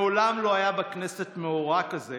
מעולם לא היה בכנסת מאורע כזה